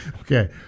Okay